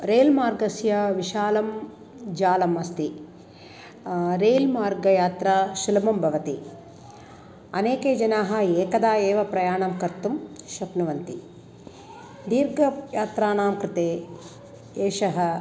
rail मार्गस्य विशालं जालम् अस्ति रेल् मार्गयात्रा सुलभा भवति अनेके जनाः एकदा एव प्रयाणं कर्तुं शक्नुवन्ति दीर्घयात्राणां कृते एषः